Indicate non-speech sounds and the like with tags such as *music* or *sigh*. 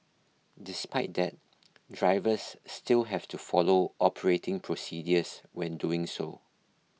despite that *noise* drivers still have to follow operating procedures when doing so